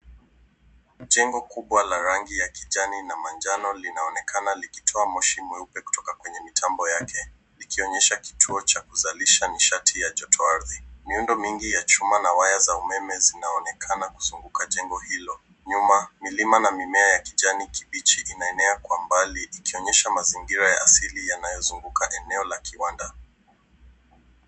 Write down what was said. Jengo kubwa la rangi ya kijani na manjano linaonekana likitoa moshi mweupe kutoka kwenye mitambo yake, ikionyesha kituo cha kuzalisha nishati ya joto ardhi. Miundo mingi ya chuma na waya za umeme zinaonekana kuzunguka jengo hilo. Nyuma, milima na mimea ya kijani kibichi imeenea kwa mbali ikionyesha mazingira ya asili yanayozunguka eneo la kiwanda.